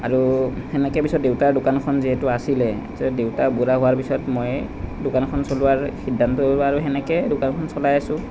আৰু সেনেকৈ পিছত দেউতাৰ দোকানখন যিহেতু আছিলেই পাছত দেউতা বুঢ়া হোৱাৰ পিছত ময়েই দোকানখন চলোৱাৰ সিদ্ধান্ত ল'লোঁ আৰু সেনেকৈ দোকানখন চলাই আছোঁ